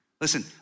Listen